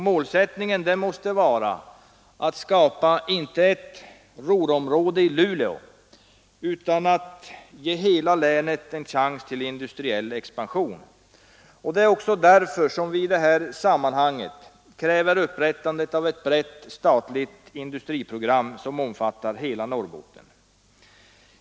Målsättningen måste vara, inte att skapa ett Ruhrområde i Luleå utan att ge hela länet en chans till industriell expansion. Det är också därför som vi i detta sammanhang kräver upprättandet av ett brett statligt industriprogram som omfattar hela Norrbotten.